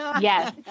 Yes